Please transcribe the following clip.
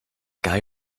guy